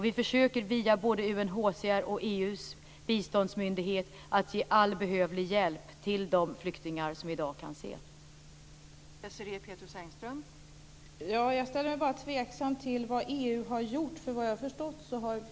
Vi försöker via både UNHCR och EU:s biståndsmyndighet att ge all behövlig hjälp till de flyktingar som vi kan se i dag.